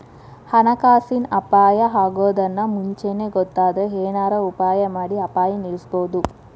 ಹಣಕಾಸಿನ್ ಅಪಾಯಾ ಅಗೊದನ್ನ ಮುಂಚೇನ ಗೊತ್ತಾದ್ರ ಏನರ ಉಪಾಯಮಾಡಿ ಅಪಾಯ ನಿಲ್ಲಸ್ಬೊದು